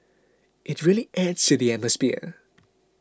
it really adds to the atmosphere